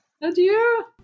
Adieu